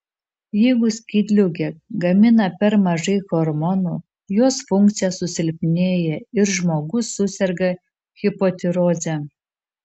jeigu skydliaukė gamina per mažai hormonų jos funkcija susilpnėja ir žmogus suserga hipotiroze